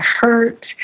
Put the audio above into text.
hurt